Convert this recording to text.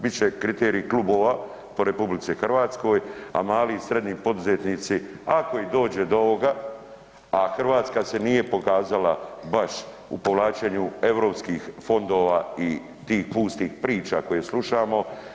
Bit će kriteriji klubova po RH, a mali i srednji poduzetnici ako i dođe do ovoga, a Hrvatska se nije pokazala baš u povlačenju Europskih fondova i tih pustih priča koje slušamo.